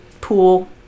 pool